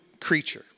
creature